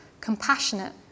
compassionate